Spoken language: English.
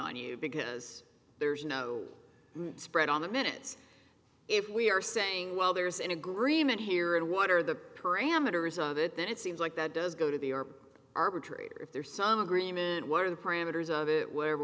on you because there's no spread on the minutes if we are saying well there's an agreement here and what are the parameters of it then it seems like that does go to the arbitrator if there is some agreement what are the parameters of it where